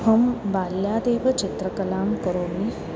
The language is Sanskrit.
अहं बाल्यादेव चित्रकलां करोमि